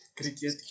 cricket